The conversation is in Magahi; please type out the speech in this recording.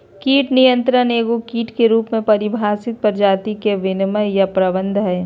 कीट नियंत्रण एगो कीट के रूप में परिभाषित प्रजाति के विनियमन या प्रबंधन हइ